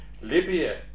Libya